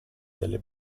delle